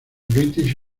british